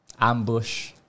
Ambush